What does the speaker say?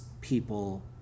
people